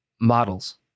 Models